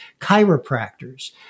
chiropractors